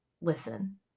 listen